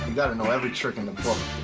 gotta know every trick in the book.